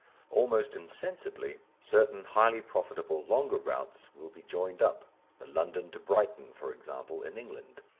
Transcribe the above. almost insensibly, certain highly profitable longer routes will be joined up the london to brighton, for example, in england.